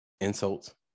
insults